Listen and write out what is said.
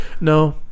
No